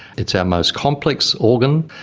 it's our most complex organ,